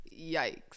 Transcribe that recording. Yikes